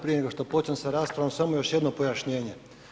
Prije nego što počnem sa raspravom samo još jedno pojašnjenje.